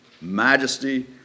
majesty